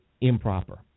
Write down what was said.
improper